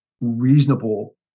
reasonable